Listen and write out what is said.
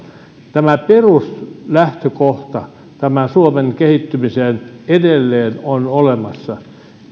tämä peruslähtökohta suomen kehittymiseen edelleen on olemassa